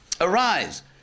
arise